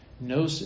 No